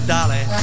Dolly